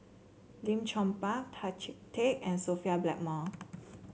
Lim Chong Pang Tan Chee Teck and Sophia Blackmore